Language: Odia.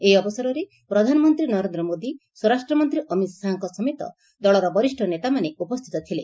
ଏହି ଅବସରରେ ପ୍ରଧାନମନ୍ତୀ ନରେନ୍ଦ ମୋଦି ସ୍ୱରାଷ୍ଟ ମନ୍ତୀ ଅମିତ୍ ଶାହାଙ୍କ ସମେତ ଦଳର ବରିଷ ନେତାମାନେ ଉପସ୍ଥିତ ଥିଲେ